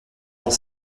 dans